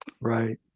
right